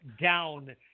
down